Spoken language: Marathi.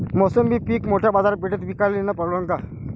मोसंबी पीक मोठ्या बाजारपेठेत विकाले नेनं परवडन का?